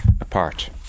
apart